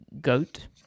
goat